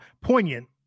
poignant